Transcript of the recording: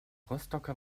rostocker